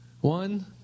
One